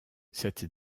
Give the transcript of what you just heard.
cette